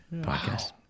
podcast